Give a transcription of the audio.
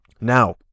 Now